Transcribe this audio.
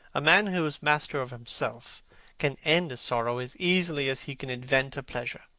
a man who is master of himself can end a sorrow as easily as he can invent a pleasure.